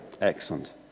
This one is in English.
Excellent